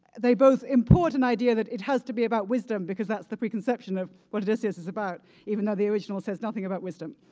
they both import an idea that it has to be about wisdom because that's the preconception of what odysseus is about, even though the original says nothing about wisdom.